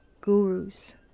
gurus